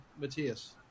Matthias